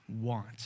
want